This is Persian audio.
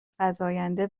فزاینده